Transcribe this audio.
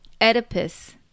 Oedipus